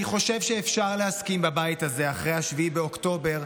אני חושב שאפשר להסכים בבית הזה, אחרי 7 באוקטובר,